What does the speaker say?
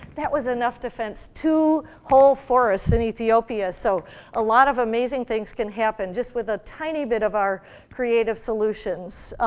that was enough to fence two whole forests in ethiopia, so a lot of amazing things can happen just with a tiny bit of our creative solutions.